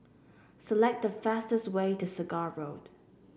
select the fastest way to Segar Road